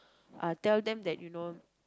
uh tell them that you know